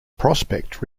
prospect